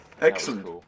Excellent